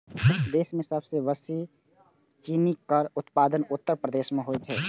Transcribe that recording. देश मे सबसं बेसी चीनीक उत्पादन उत्तर प्रदेश मे होइ छै